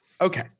Okay